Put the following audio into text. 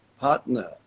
partner